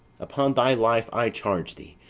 upon thy life i charge thee,